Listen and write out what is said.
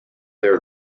their